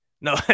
No